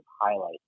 highlight